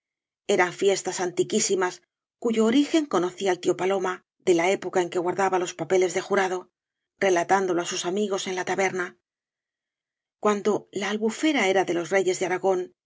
eran fiestas antiquísimas cuyo origen conocía el tío pa loma de la época en que guardaba los papeles de jurado relatándolo á sus amigos en la taberna cuando la albufera era de ios reyes de aragón